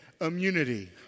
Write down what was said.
immunity